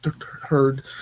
heard